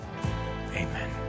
amen